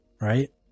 right